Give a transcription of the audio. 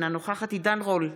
אינה נוכחת עידן רול,